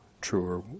truer